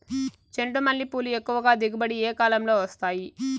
చెండుమల్లి పూలు ఎక్కువగా దిగుబడి ఏ కాలంలో వస్తాయి